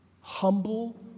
Humble